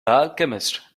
alchemist